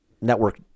network